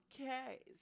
Okay